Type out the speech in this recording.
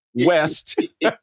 West